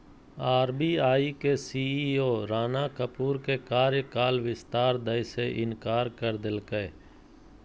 RBI के CEO Rana Kapoor के कार्यकाल विस्तार दय से इंकार कर देलकय